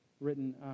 written